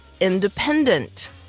independent